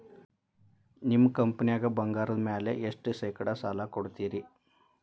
ನಿಮ್ಮ ಕಂಪನ್ಯಾಗ ಬಂಗಾರದ ಮ್ಯಾಲೆ ಎಷ್ಟ ಶೇಕಡಾ ಸಾಲ ಕೊಡ್ತಿರಿ?